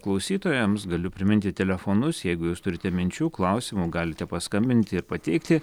klausytojams galiu priminti telefonus jeigu jūs turite minčių klausimų galite paskambinti ir pateikti